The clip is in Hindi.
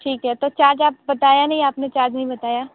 ठीक है तो चार्ज आप बताया नहीं आपने चार्ज नहीं बताया